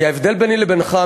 כי ההבדל ביני לבינך,